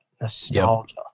Nostalgia